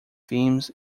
themes